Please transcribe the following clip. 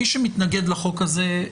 מי שמתנגד לחוק הזה,